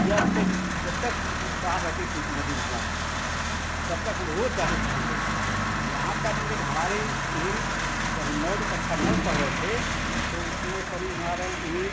या मतलब कि जब तक बाढ़ रहती थी नदी में हमारे तब तक हम रोज जाते थे हम लोग यहाँ तक मतलब कि हमारी उमीर जब हम नौ में कक्षा नौ में पढ़ रहे थे तो उस समय करीब हमारे उमीर